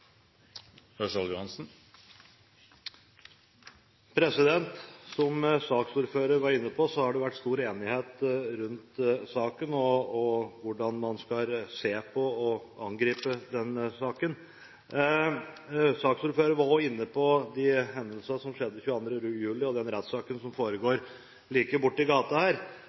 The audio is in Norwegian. Som saksordfører var inne på, har det vært stor enighet rundt saken og om hvordan man skal se på og angripe denne saken. Saksordføreren var også inne på de hendelsene som skjedde 22. juli, og den rettssaken som foregår like borti gaten her. Det er også viktig å merke seg at i